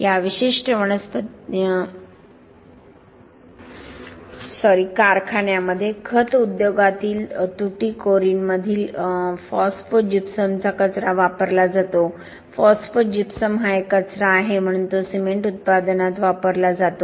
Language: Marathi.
या विशिष्ट कारखान्यामध्ये खत उद्योगातील तुटीकोरीनमधील फॉस्फोजिप्समचा कचरा वापरला जातो फॉस्फोजिप्सम हा एक कचरा आहे म्हणून तो सिमेंट उत्पादनात वापरला जातो